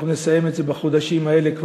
אנחנו נסיים את זה בחודשים האלה,